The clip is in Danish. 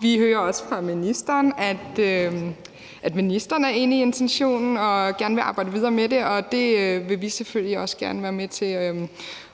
Vi hører også fra ministeren, at ministeren er enig i intentionen og gerne vil arbejde videre med det. Vi vil selvfølgelig også gerne være med til